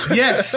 yes